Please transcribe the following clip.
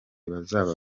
bazaba